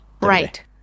Right